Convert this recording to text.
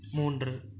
மூன்று